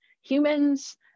humans